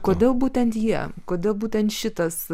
kodėl būtent jie kodėl būtent šitas